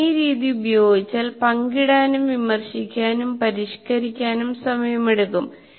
നിങ്ങൾ ഈ രീതി ഉപയോഗിച്ചുകഴിഞ്ഞാൽ പങ്കിടാനും വിമർശിക്കാനും പരിഷ്ക്കരിക്കാനും സമയമെടുക്കും